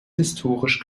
historisch